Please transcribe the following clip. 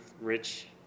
rich